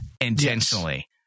intentionally